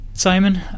Simon